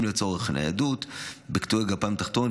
אם לצורך ניידות בקטועי גפיים תחתונים,